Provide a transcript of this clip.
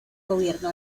gobierno